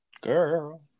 girl